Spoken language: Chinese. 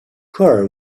科尔